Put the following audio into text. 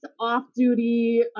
off-duty